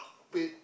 paid